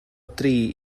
dri